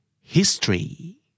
History